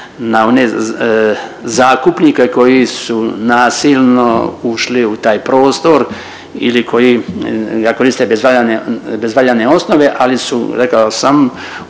na one zakupnike koji su nasilno ušli u taj prostor ili koji ga koriste bez valjane osnove, ali su rekao sam